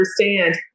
understand